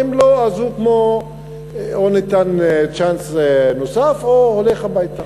ואם לא אז או שניתן צ'אנס נוסף או שהוא הולך הביתה.